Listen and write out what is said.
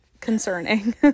concerning